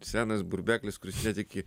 senas burbeklis kuris netiki